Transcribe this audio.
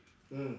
mm